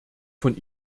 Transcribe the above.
von